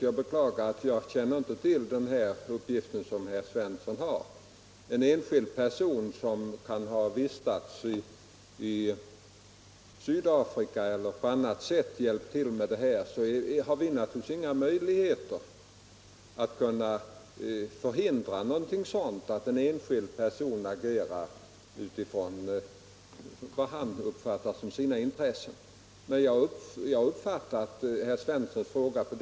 Jag beklagar att jag inte känner till den uppgift som herr Svensson har lämnat. Vi har naturligtvis inga möjligheter att förhindra att en enskild person, som kan ha vistats i Sydafrika, utifrån sina intressen har hjälpt till med den här konstruktionen.